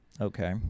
Okay